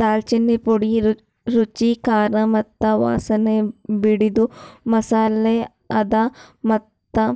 ದಾಲ್ಚಿನ್ನಿ ಪುಡಿ ರುಚಿ, ಖಾರ ಮತ್ತ ವಾಸನೆ ಬಿಡದು ಮಸಾಲೆ ಅದಾ ಮತ್ತ